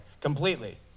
completely